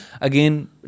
again